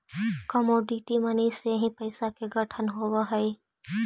commodity money से ही पैसा के गठन होवऽ हई